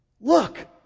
Look